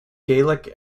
gaelic